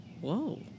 Whoa